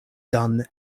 done